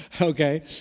okay